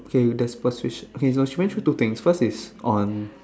okay there's persuasion okay so she went through two things first is on